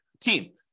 Team